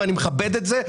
ואני מכבד זאת,